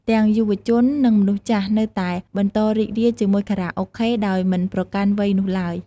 ទាំងយុវជន និងមនុស្សចាស់ នៅតែបន្តរីករាយជាមួយខារ៉ាអូខេ ដោយមិនប្រកាន់វ័យនោះឡើយ។